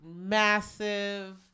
massive